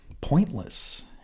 pointless